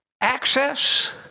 access